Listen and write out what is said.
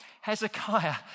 Hezekiah